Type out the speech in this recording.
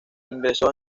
ingresó